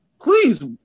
Please